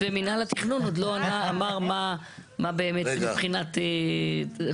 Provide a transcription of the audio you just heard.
ומינהל התכנון עוד לא אמר מה באמת מבחינת חוק